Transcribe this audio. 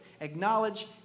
acknowledge